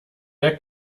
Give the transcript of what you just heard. der